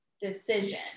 decision